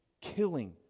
killing